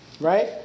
Right